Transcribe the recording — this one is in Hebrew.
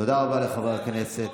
זה אכן חוק מיותר.